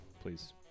Please